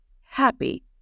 happy